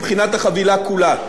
מבחינת החבילה כולה.